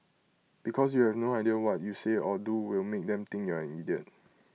because you have no idea what you say or do will make them think you're an idiot